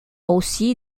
aussi